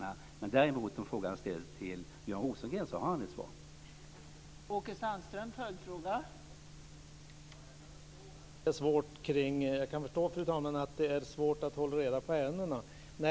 Om frågan däremot ställs till Björn Rosengren har han ett svar på den.